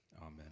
amen